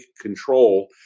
control